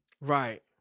Right